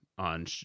on